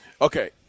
Okay